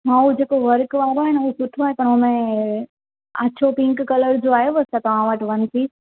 हा हू जेको वर्क वारो आहे न उहो सुठो आहे पर उन में अछो पिंक कलर जो आहे छा तव्हां वटि वन पीस